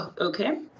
Okay